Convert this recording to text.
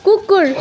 कुकुर